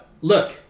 look